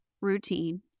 routine